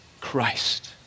Christ